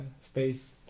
space